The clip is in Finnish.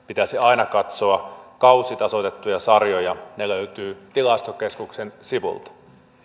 pitäisi aina katsoa kausitasoitettuja sarjoja ne löytyvät tilastokeskuksen sivuilta